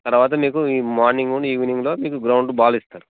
తర్వాత మీకు ఈ మార్నింగ్ ఈవినింగ్లో మీకు గ్రౌండ్ బాల్ ఇస్తారు